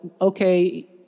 okay